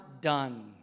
done